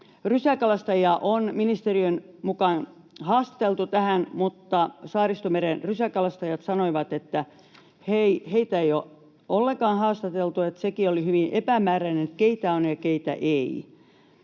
rysäkalastajia on ministeriön mukaan haastateltu tähän, mutta Saaristomeren rysäkalastajat sanoivat, että heitä ei ole ollenkaan haastateltu, eli sekin oli hyvin epämääräistä, keitä on ja keitä ei.